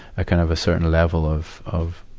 a kind of a certain level of, of,